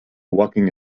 walking